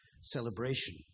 celebration